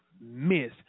miss